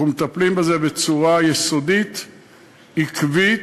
אנחנו מטפלים בזה בצורה יסודית ועקבית,